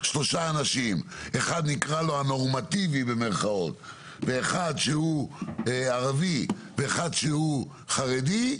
שלושה אנשים: אחד נקרא לו "הנורמטיבי" ואחד שהוא ערבי ואחד שהוא חרדי,